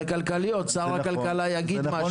חינוכיות וכלכליות שר הכלכלה יגיד משהו.